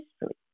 history